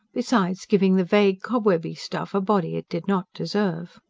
besides giving the vague, cobwebby stuff a body it did not deserve.